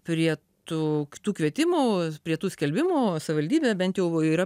prie tų kvietimų prie tų skelbimų savivaldybė bent jau yra